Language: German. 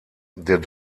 der